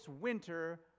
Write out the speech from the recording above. winter